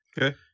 okay